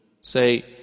Say